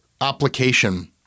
application